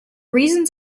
reasons